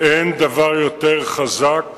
אין דבר יותר חזק